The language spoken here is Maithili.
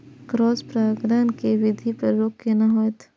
क्रॉस परागण के वृद्धि पर रोक केना होयत?